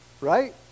Right